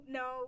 no